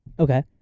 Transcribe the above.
Okay